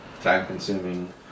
time-consuming